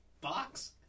box